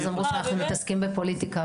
ואז אמרו שאנחנו מתעסקים בפוליטיקה.